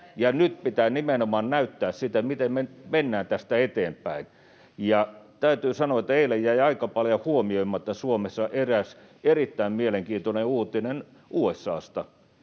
ja nyt pitää nimenomaan näyttää sitä, miten me mennään tästä eteenpäin. Täytyy sanoa, että eilen jäi aika paljon huomioimatta Suomessa eräs erittäin mielenkiintoinen uutinen USA:sta.